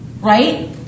right